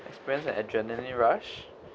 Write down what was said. experience an adrenalin rush